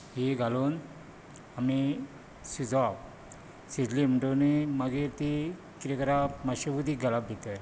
हीं घालून आमी शिंजोवप शिंजली म्हणटकच मागीर ती कितें करप मात्शें उदीक घालप भितर